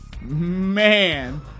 Man